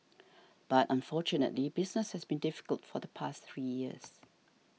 but unfortunately business has been difficult for the past three years